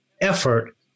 effort